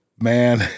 man